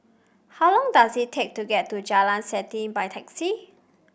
how long does it take to get to Jalan Selanting by taxi